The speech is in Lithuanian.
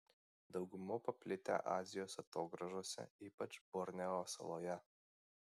dauguma paplitę azijos atogrąžose ypač borneo saloje